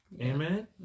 Amen